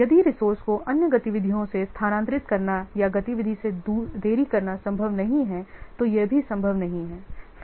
यदि रिसोर्से को अन्य गतिविधियों से स्थानांतरित करना या गतिविधि में देरी करना संभव नहीं है तो यह भी संभव नहीं है